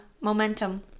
momentum